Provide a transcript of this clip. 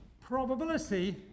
probability